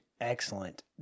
excellent